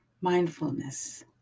mindfulness